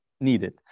needed